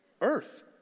Earth